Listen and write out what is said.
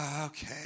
okay